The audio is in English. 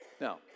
Now